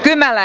kylmälä